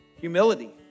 humility